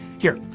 here,